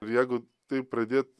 jeigu taip pradė